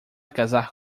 casar